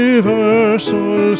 Universal